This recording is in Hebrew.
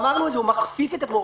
ואמרנו את זה הוא מכפיף את עצמו,